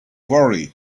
worry